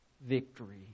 victory